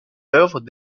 œuvre